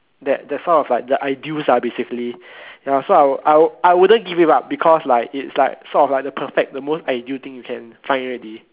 that that's why I was like the ideals ah basically ya so I I I wouldn't give it up because like it's like sort of like the perfect the most ideal thing you can find already